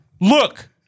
Look